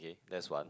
okay that's one